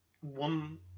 One